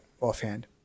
offhand